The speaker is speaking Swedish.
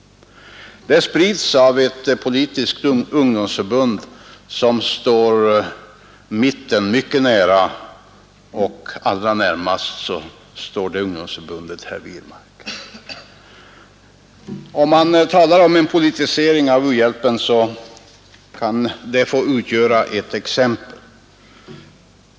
Flygbladet sprids av ett politiskt ungdomsförbund som står mitten mycket nära, och allra närmast står det herr Wirmark. När man talar om en politisering av u-hjälpen, kan detta få utgöra ett exempel.